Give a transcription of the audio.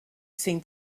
seen